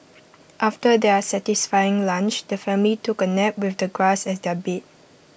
after their satisfying lunch the family took A nap with the grass as their bed